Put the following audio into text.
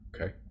Okay